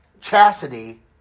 chastity